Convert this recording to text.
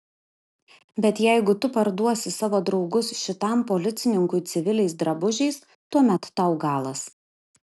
bet jeigu tu parduosi savo draugus šitam policininkui civiliais drabužiais tuomet tau galas